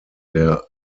der